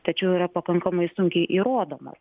tačiau yra pakankamai sunkiai įrodomas